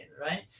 right